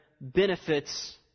benefits